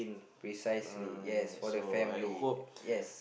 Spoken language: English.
precisely yes what a family yes